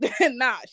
nah